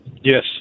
Yes